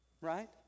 right